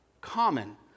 common